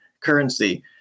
currency